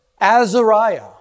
Azariah